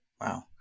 Wow